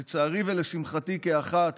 לצערי ולשמחתי כאחת,